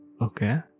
Okay